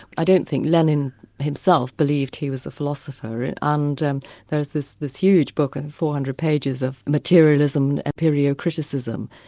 i don't think lenin himself believed he was a philosopher, and and and there's this this huge book of and four hundred pages of materialism and empirio-criticism.